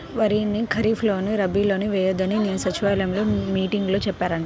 వరిని ఖరీప్ లోను, రబీ లోనూ ఎయ్యొద్దని నిన్న సచివాలయం మీటింగులో చెప్పారంట